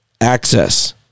Access